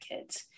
kids